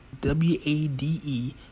W-A-D-E